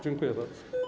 Dziękuję bardzo.